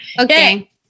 Okay